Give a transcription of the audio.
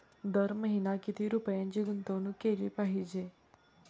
दर महिना किती रुपयांची गुंतवणूक केली पाहिजे?